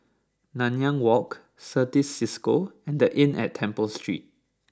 Nanyang Walk Certis Cisco and The Inn at Temple Street